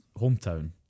hometown